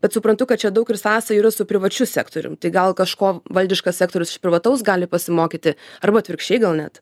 bet suprantu kad čia daug ir sąsajų yra su privačiu sektorium tai gal kažko valdiškas sektorius iš privataus gali pasimokyti arba atvirkščiai gal net